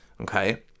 okay